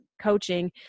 coaching